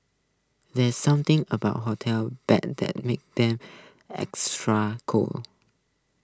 there's something about hotel beds that makes them extra